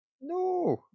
No